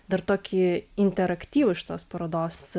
dar tokį interaktyvų šitos parodos